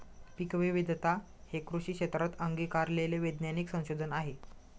पीकविविधता हे कृषी क्षेत्रात अंगीकारलेले वैज्ञानिक संशोधन आहे